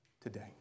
today